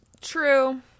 True